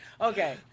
Okay